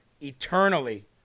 eternally